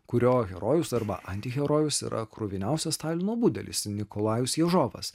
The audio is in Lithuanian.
kurio herojus arba antiherojus yra kruviniausias stalino budelis nikolajus ježovas